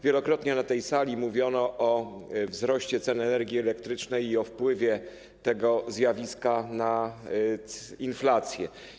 Wielokrotnie na tej sali mówiono o wzroście cen energii elektrycznej i o wpływie tego zjawiska na inflację.